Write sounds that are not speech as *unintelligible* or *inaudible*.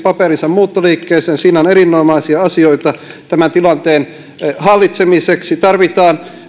*unintelligible* paperinsa ennakkovaikuttamisesta muuttoliikkeeseen siinä on erinomaisia asioita tämän tilanteen hallitsemiseksi tarvitaan